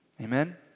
Amen